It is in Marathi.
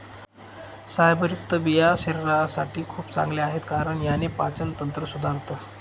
फायबरयुक्त बिया शरीरासाठी खूप चांगल्या आहे, कारण याने पाचन तंत्र सुधारतं